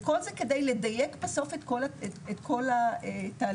וכל זה כדי לדיין בסוף את כל התהליכים.